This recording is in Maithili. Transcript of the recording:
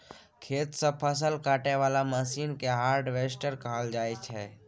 खेत सँ फसल काटय बला मशीन केँ हार्वेस्टर कहल जाइ छै